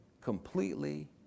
completely